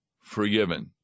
forgiven